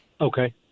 Okay